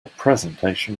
presentation